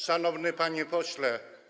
Szanowny Panie Pośle!